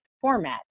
format